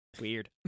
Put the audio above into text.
Weird